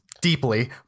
deeply